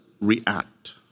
react